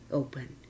open